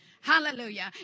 Hallelujah